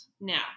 now